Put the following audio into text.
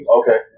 okay